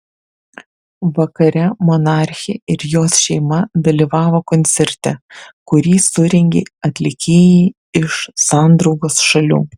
vakare monarchė ir jos šeima dalyvavo koncerte kurį surengė atlikėjai iš sandraugos šalių